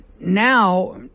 now